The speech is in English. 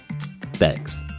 thanks